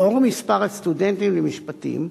לאור מספר הסטודנטים למשפטים,